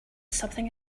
something